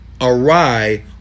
awry